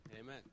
Amen